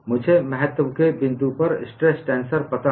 मुझे महत्तव के बिंदु पर स्ट्रेस टेंसर पता है